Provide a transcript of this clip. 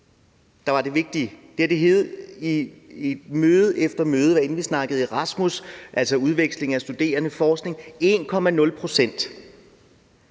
der var det vigtige. Det har det heddet sig i møde efter møde, hvad enten vi snakkede Erasmus, altså udveksling af studerende, eller forskning. Så bidrager